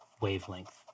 wavelength